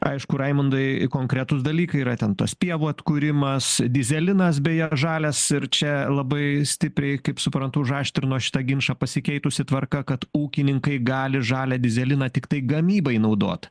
aišku raimundai konkretūs dalykai yra ten tos pievų atkūrimas dyzelinas beje žalias ir čia labai stipriai kaip suprantu užaštrino šitą ginčą pasikeitusi tvarka kad ūkininkai gali žalią dyzeliną tiktai gamybai naudot